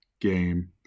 game